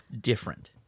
different